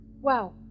Wow